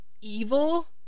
evil